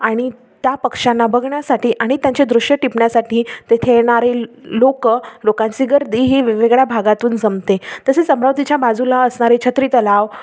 आणि त्या पक्ष्यांना बघण्यासाठी आणि त्यांचे दृश्य टिपण्यासाठी तेथे येणारे लोक लोकांची गर्दी ही वेगवेगळ्या भागातून जमते तसेच अमरावतीच्या बाजूला असणारे छत्री तलाव